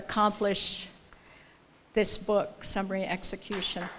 accomplish this book summary execution